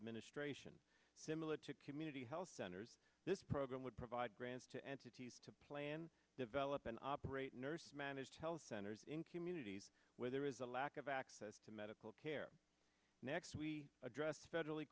administration similar to community health centers this program would provide grants to entities to plan develop and operate nurse managed health centers in communities where there is a lack of access to medical care next we address federally